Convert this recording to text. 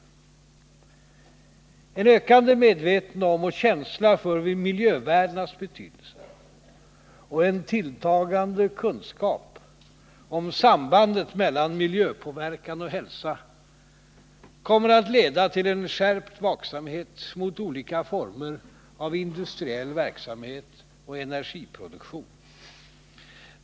En ökande medvetenhet om och känsla för miljövärdenas betydelse och en tilltagande kunskap om sambandet mellan miljöpåverkan och hälsa kommer att leda till en skärpt vaksamhet mot olika former av industriell verksamhet och energiproduktion.